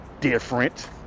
different